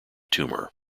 tumor